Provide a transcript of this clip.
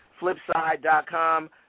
FlipSide.com